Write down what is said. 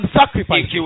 sacrifice